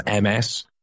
MS